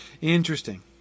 Interesting